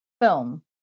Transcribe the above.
film